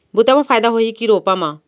बुता म फायदा होही की रोपा म?